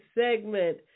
segment